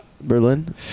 Berlin